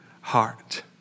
heart